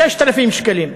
6,000 שקלים,